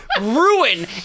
ruin